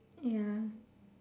ya